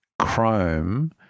Chrome